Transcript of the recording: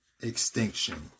Extinction